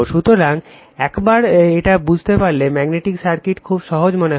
সুতরাং একবার এটি বুঝতে পারলে ম্যাগনেটিক সার্কিটটি খুব সহজ মনে হবে